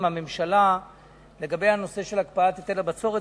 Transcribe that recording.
הממשלה לגבי הנושא של הקפאת היטל הבצורת,